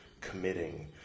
committing